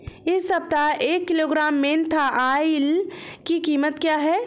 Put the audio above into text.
इस सप्ताह एक किलोग्राम मेन्था ऑइल की कीमत क्या है?